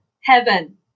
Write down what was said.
heaven